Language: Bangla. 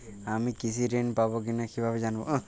আমি কৃষি ঋণ পাবো কি না কিভাবে জানবো?